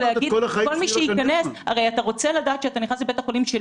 הרי כשאתה נכנס לבית החולים אתה רוצה